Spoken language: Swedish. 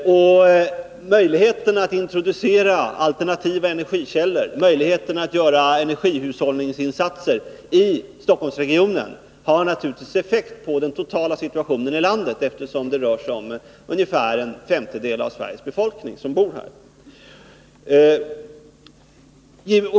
Möjligheten att introducera alternativa energikällor och möjligheten att göra energihushållningsinsatser i Stockholmsregionen har naturligtvis effekt på den totala situationen i landet, eftersom ungefär en femtedel av Sveriges befolkning bor här.